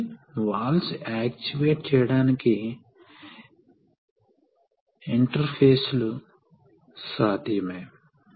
కాబట్టి ఇది ఇక్కడ జరుగుతున్నది మరియు మీరు రాపిడ్ రిట్రాక్షన్ పొందవచ్చు